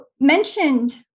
mentioned